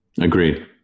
Agreed